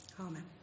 Amen